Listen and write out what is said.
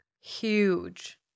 huge